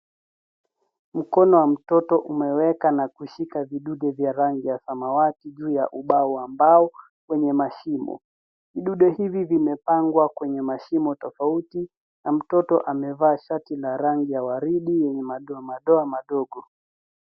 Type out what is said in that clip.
Mkono wa mtoto umeweka na kushika vidude ya rangi ya samawati juu ya ubao wa mbao wenye mashimo. Vidude hivi vimepangwa kwenye mashimo tofauti na mtoto amevaa shati la rangi ya waridi wenye madoa madoa madogo.